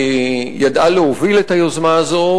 שידעה להוביל את היוזמה הזאת,